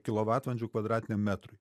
kilovatvalandžių kvadratiniam metrui